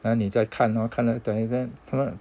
然后你再看这么